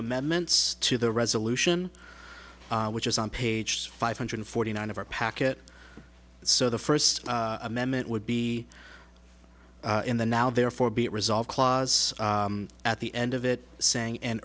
amendments to the resolution which is on page five hundred forty nine of our packet so the first amendment would be in the now therefore be it resolved clause at the end of it saying an